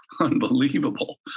unbelievable